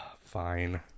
Fine